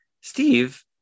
Steve